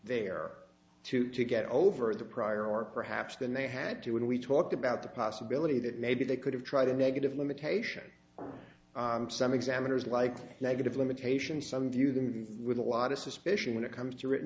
there to get over the prior or perhaps than they had to when we talk about the possibility that maybe they could have tried a negative limitation some examiners like negative limitations some view them with a lot of suspicion when it comes to written